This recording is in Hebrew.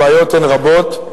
הבעיות הן רבות,